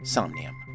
Somnium